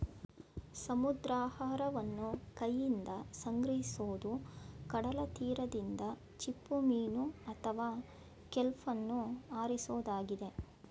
ಸಮುದ್ರಾಹಾರವನ್ನು ಕೈಯಿಂದ ಸಂಗ್ರಹಿಸೋದು ಕಡಲತೀರದಿಂದ ಚಿಪ್ಪುಮೀನು ಅಥವಾ ಕೆಲ್ಪನ್ನು ಆರಿಸೋದಾಗಿದೆ